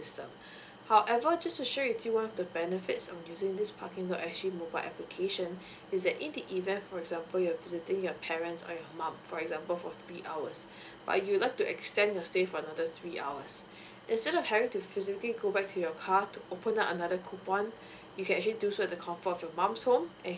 system however just to share with you one of the benefits of using this parking dot S G mobile application is that in the event for example you're visiting your parent or your mom for example for three hours but you would like to extend your stay for another three hours instead of having to physically go back to your car to open up another coupon you can actually do so at the comfort of your mom's home and